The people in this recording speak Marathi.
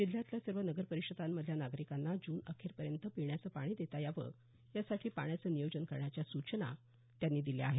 जिल्हातल्या सर्व नगर परिषदांमधल्या नागरिकांना जून अखेरपर्यंत पिण्याचं पाणी देता यावं यासाठी पाण्याचं नियोजन करण्याच्या सूचना त्यांनी दिल्या आहेत